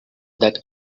that